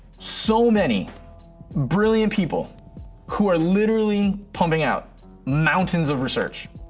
so many brilliant people who are literally pumping out mountains of research